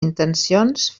intencions